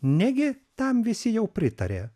negi tam visi jau pritarė